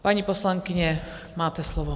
Paní poslankyně, máte slovo.